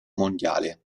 mondiale